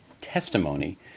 testimony